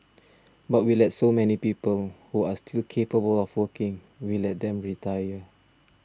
but we let so many people who are still capable of working we let them retire